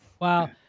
Wow